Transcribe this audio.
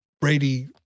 Brady